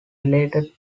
related